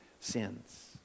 sins